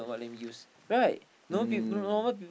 mm